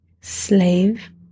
slave